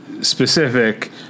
specific